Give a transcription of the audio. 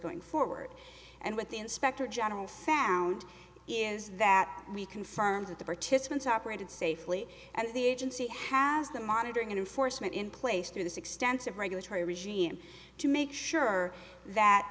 going forward and what the inspector general found is that we confirmed that the participants operated safely and the agency has the monitoring and forcemeat in place through this extensive regulatory regime to make sure that